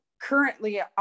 currently